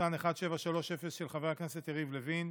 של חבר הכנסת יריב לוין,